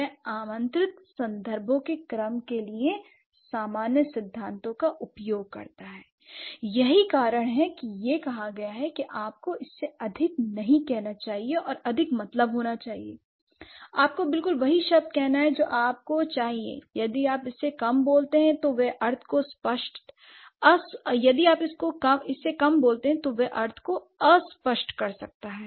वह आमंत्रित संदर्भों के क्रम के लिए सामान्य सिद्धांतों का उपयोग करता है यही कारण है कि यह कहा गया है कि आपको इससे अधिक नहीं कहना चाहिए और अधिक मतलब होना चाहिए l आपको बिल्कुल वही शब्द कहना है जो आपको चाहिए यदि आप इससे कम बोलते हैं तो वह अर्थ को अस्पष्ट कर सकता है